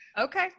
Okay